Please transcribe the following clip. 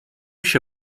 się